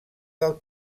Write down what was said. del